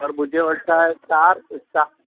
पर मुंहिंजे वटि छा आहे स्टार